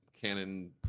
Canon